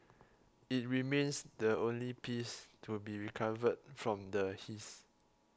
it remains the only piece to be recovered from the heist